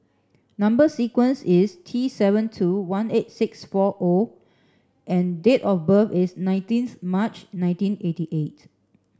number sequence is T seven two one eight six four nine O and date of birth is nineteenth March nineteen eighty eight